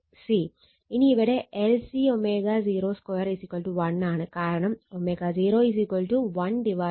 ഇനി ഇവിടെ LC ω02 1 ആണ് കാരണം ω01√LC ആണ്